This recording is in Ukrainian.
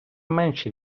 менше